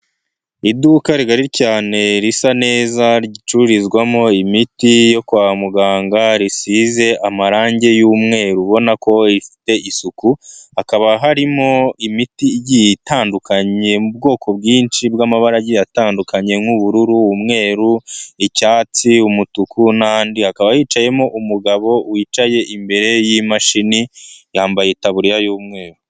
Iduka rigari cyane risa neza ricururizwamo imiti yo kwa muganga, risize amarangi y'umweru ubona ko rifite isuku, hakaba harimo imiti igiye itandukanye mu bwoko bwinshi bw'mabaragi atandukanye: nk'ubururu, umweru, icyatsi, umutuku n'andi, hakaba hicayemo umugabo wicaye imbere y'imashini, yambaye itaburiya y'umweru.